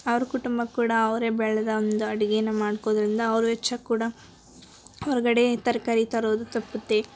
ಅವ್ರ ಕುಟುಂಬಕ್ಕೆ ಕೂಡ ಅವರೇ ಬೆಳೆದ ಒಂದು ಅಡುಗೇನ ಮಾಡ್ಕೊದರಿಂದ ಅವ್ರ ವೆಚ್ಚ ಕೂಡ ಹೊರಗಡೆ ತರಕಾರಿ ತರೋದು ತಪ್ಪುತ್ತೆ